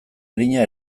arina